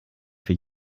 für